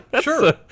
Sure